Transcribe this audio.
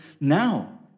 now